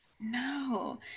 no